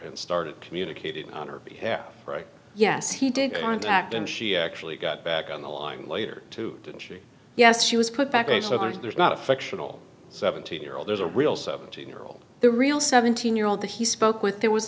and started communicating on her behalf right yes he did contact and she actually got back on the line later to yes she was put back a sort of there's not a fictional seventeen year old there's a real seventeen year old the real seventeen year old that he spoke with there was